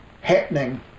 happening